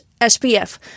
SPF